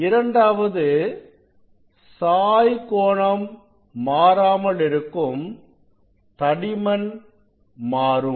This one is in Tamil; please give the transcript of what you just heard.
இரண்டாவது சாய் கோணம் மாறாமல் இருக்கும் தடிமன் மாறும்